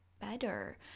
better